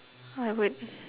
I would